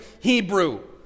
Hebrew